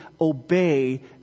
obey